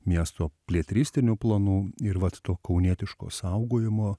miesto plėtristinių planų ir vat to kaunietiško saugojimo